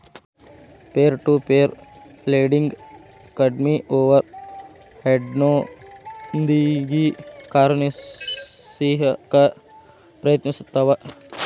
peer to peer lending ಕಡ್ಮಿ ಓವರ್ ಹೆಡ್ನೊಂದಿಗಿ ಕಾರ್ಯನಿರ್ವಹಿಸಕ ಪ್ರಯತ್ನಿಸ್ತವ